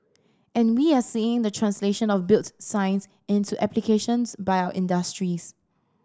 and we are seeing the translation of built science into applications by our industries